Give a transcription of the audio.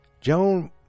Joan